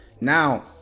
Now